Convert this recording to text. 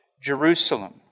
Jerusalem